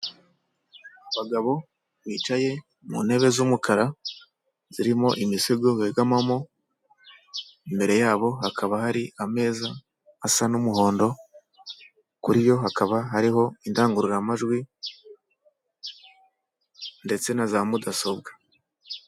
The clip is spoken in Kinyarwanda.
Abagabo bicaye mu ntebe z'umukara zirimo imisego begamamo, imbere yabo hakaba hari ameza asa n'umuhondo, kuri yo hakaba hariho indangururamajwi ndetse na za mudasobwa.